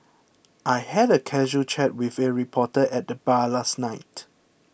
I had a casual chat with a reporter at the bar last night